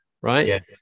right